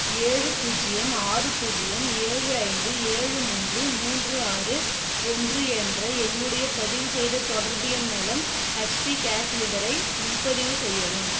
ஏழு பூஜ்ஜியம் ஆறு பூஜ்ஜியம் ஏழு ஐந்து ஏழு மூன்று மூன்று ஆறு ஓன்று என்ற என்னுடைய பதிவுசெய்த தொடர்பு எண் மூலம் ஹச்பி கேஸ் சிலிண்டரை முன்பதிவு செய்யவும்